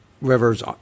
River's